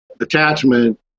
attachment